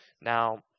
now